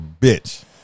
bitch